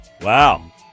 Wow